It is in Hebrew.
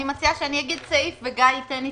אני מציעה שאומר סעיף וגיא ייתן התייחסות,